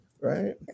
right